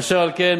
אשר על כן,